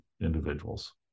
individuals